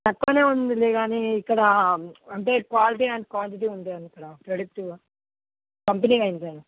తక్కువనే ఉందిలే కానీ ఇక్కడ అంటే క్వాలిటీ అండ్ క్వాంటిటీ ఉంది అండి ఇక్కడ ప్రెడక్టివ్గా కంపెనీగా అయ్యింది